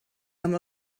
amb